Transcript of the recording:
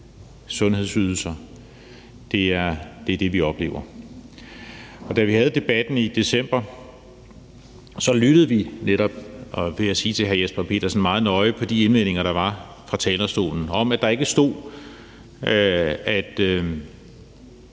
sundhedsydelser. Det er det, vi oplever. Da vi havde debatten i december, lyttede vi netop, vil jeg sige til hr. Jesper Petersen, meget nøje til de indvendinger, der var fra talerstolen, om, at der ikke stod, at